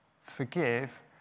forgive